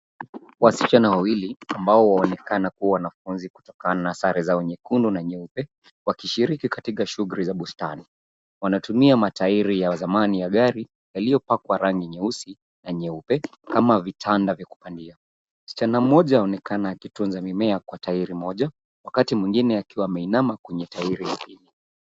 Wasichana wawili ambao waonekana kuwa wanafunzi kutokana na sare zao nyekundu na nyeupe, wakishiriki katika shughuli za bustani. Wanatumia matairi ya zamani ya gari, yaliyopakwa rangi nyeusi na nyeupe kama vitanda vya kupandia. Msichana mmoja anaonekana kutunza mimea kwa tairi moja wakati mwingine akiwa ameinama kwenye tairi nyingine.